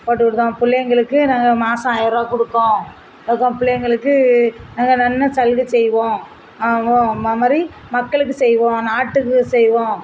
போட்டு விடுதோம் பிள்ளைங்களுக்கு நாங்கள் மாதம் ஆயர்ருபா கொடுக்கோம் அதுக்கப்புறம் பிள்ளைங்களுக்கு நாங்கள் இன்னும் சலுகை செய்வோம் வோம் அது மாதிரி மக்களுக்கு செய்வோம் நாட்டுக்கு செய்வோம்